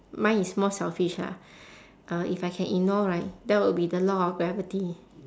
mine is more selfish lah uh if I can ignore right that would be the law of gravity